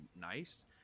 nice